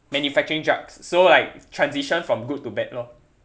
manufacturing drugs so like transition from good to bad lor